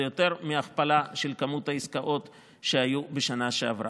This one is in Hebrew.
זה יותר מהכפלה של כמות העסקאות שהיו בשנה שעברה.